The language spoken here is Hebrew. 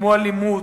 אלימות,